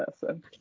person